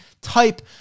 type